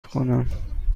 کنم